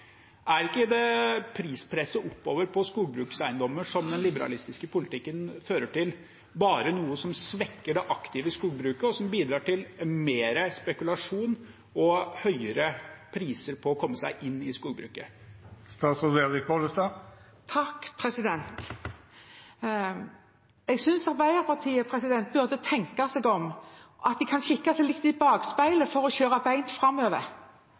Er ikke det prispresset oppover på skogbrukseiendommer som den liberalistiske politikken fører til, bare noe som svekker det aktive skogbruket, og som bidrar til mer spekulasjon og høyere priser for å komme seg inn i skogbruket? Jeg synes Arbeiderpartiet burde tenke seg om, at de kan kikke seg litt i bakspeilet for å kjøre beint framover.